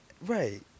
Right